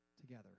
together